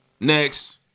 Next